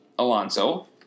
Alonso